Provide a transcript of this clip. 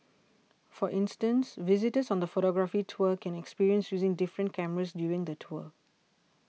for instance visitors on the photography tour can experience using different cameras during the tour